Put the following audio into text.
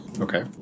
Okay